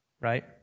right